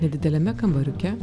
nedideliame kambariuke